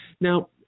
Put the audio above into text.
Now